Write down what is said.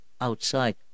outside